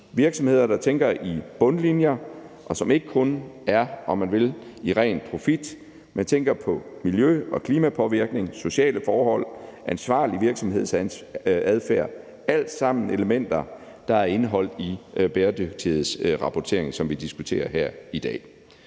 virksomheder, der tænker i bundlinjer og ikke kun, om man vil, i ren profit, men tænker på miljø- og klimapåvirkning, sociale forhold og ansvarlig virksomhedsadfærd, som alle sammen er elementer, der er indeholdt i bæredygtighedsrapporteringen, som vi diskuterer her i dag.